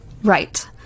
Right